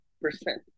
percent